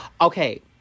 Okay